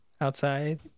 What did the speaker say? outside